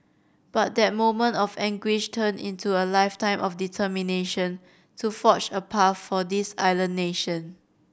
but that moment of anguish turned into a lifetime of determination to forge a path for this island nation